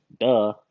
Duh